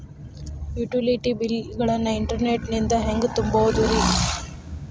Utility bill ಗಳನ್ನ internet ನಿಂದ ಹೆಂಗ್ ತುಂಬೋದುರಿ?